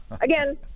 Again